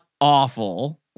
Awful